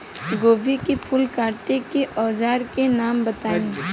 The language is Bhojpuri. गोभी के फूल काटे के औज़ार के नाम बताई?